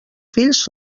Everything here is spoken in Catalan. fills